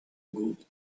good